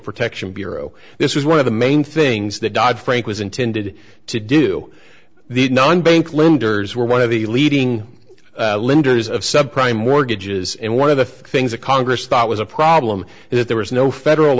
protection bureau this is one of the main things that dodd frank was intended to do the non bank lenders were one of the leading linders of subprime mortgages and one of the things that congress thought was a problem is that there was no federal